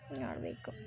ನೋಡಬೇಕು